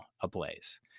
ablaze